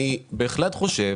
אני בהחלט חושב